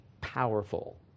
powerful